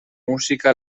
música